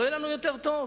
לא יהיה לנו יותר טוב.